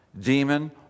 demon